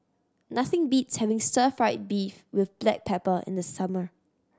nothing beats having stir fried beef with black pepper in the summer